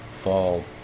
fall